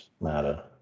matter